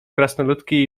krasnoludki